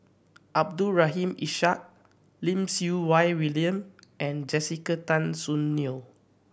Abdul Rahim Ishak Lim Siew Wai William and Jessica Tan Soon Neo